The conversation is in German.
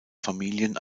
familien